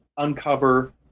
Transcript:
uncover